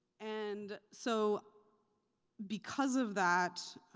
and so because of that,